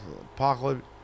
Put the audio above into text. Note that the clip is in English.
apocalypse